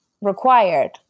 required